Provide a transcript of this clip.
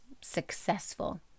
successful